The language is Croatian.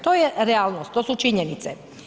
To je realnost, to su činjenice.